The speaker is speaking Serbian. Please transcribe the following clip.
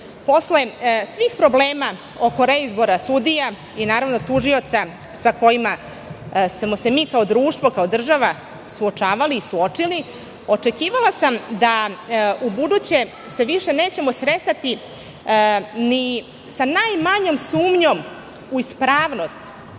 Posle svih problema oko reizbora sudija i tužioca sa kojima smo se mi kao društvo, kao država suočavali i suočili, očekivala sam da se u buduće nećemo sretati ni sa najmanjom sumnjom u ispravnost